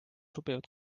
sobivad